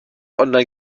online